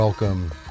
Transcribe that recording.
Welcome